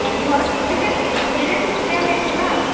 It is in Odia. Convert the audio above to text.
ଭୋଟ୍ ବିଜେଡ଼ି ବିଜେଡ଼ିକୁ ଦିଆ ହୋଇଥିଲା